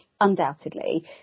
undoubtedly